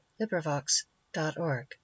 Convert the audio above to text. LibriVox.org